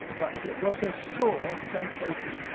but it was a sore temptation.